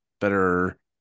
better